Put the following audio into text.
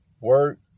Work